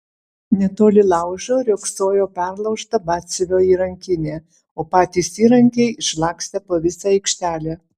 netoli laužo riogsojo perlaužta batsiuvio įrankinė o patys įrankiai išlakstę po visą aikštelę